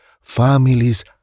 Families